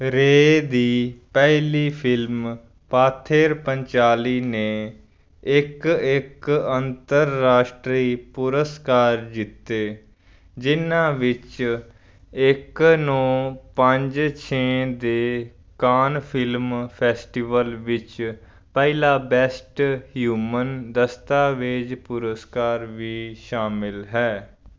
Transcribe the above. ਰੇ ਦੀ ਪਹਿਲੀ ਫ਼ਿਲਮ ਪਾਥੇਰ ਪੰਚਾਲੀ ਨੇ ਇੱਕ ਇੱਕ ਅੰਤਰਰਾਸ਼ਟਰੀ ਪੁਰਸਕਾਰ ਜਿੱਤੇ ਜਿਨ੍ਹਾਂ ਵਿੱਚ ਇੱਕ ਨੌਂ ਪੰਜ ਛੇ ਦੇ ਕਾਨਸ ਫ਼ਿਲਮ ਫੈਸਟੀਵਲ ਵਿੱਚ ਪਹਿਲਾ ਬੈਸਟ ਹਿਊਮਨ ਦਸਤਾਵੇਜ਼ ਪੁਰਸਕਾਰ ਵੀ ਸ਼ਾਮਲ ਹੈ